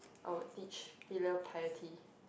I would teach filial piety